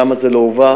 למה זה לא הובא?